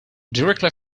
directly